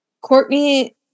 Courtney